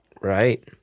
Right